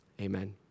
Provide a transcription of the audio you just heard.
Amen